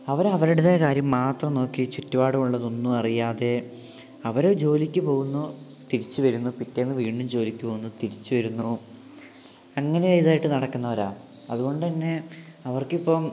അവര് അവരുടേതായ കാര്യം മാത്രം നോക്കി ചുറ്റുപാടും ഉള്ളതൊന്നും അറിയാതെ അവര് ജോലിക്ക് പോകുന്നു തിരിച്ചു വരുന്നു പിറ്റേന്ന് വീണ്ടും ജോലിക്ക് പോകുന്നു തിരിച്ചു വരുന്നു അങ്ങനെ ഒരിതായിട്ട് നടക്കുന്നവരാണ് അതുകൊണ്ടുതന്നെ അവർക്കിപ്പം